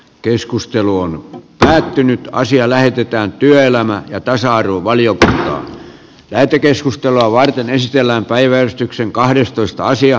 keskustelu on päättynyt ja asia lähetetään työelämä ja tasa arvovaliota täytyy keskustella vain esitellään päiväystyksen omais hoitajuudelle